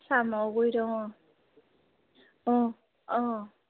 চামগুৰিত অঁ অঁ অঁ